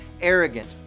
Arrogant